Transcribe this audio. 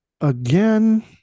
again